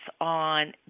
on